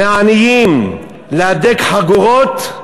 מהעניים, להדק חגורות,